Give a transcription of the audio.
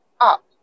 up